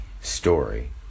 story